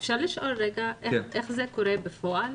אפשר לשאול איך זה קורה בפועל?